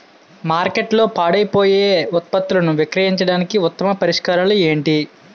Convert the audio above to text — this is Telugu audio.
మార్కెట్లో పాడైపోయే ఉత్పత్తులను విక్రయించడానికి ఉత్తమ పరిష్కారాలు ఏంటి?